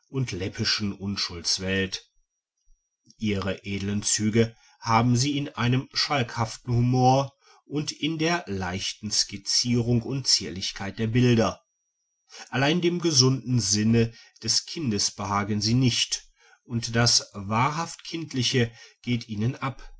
und läppischen unschuldswelt ihre edlen züge haben sie in einem schalkhaften humor und in der leichten skizzierung und zierlichkeit der bilder allein dem gesunden sinne des kindes behagen sie nicht und das wahrhaft kindliche geht ihnen ab